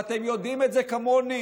ואתם יודעים את זה כמוני,